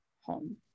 home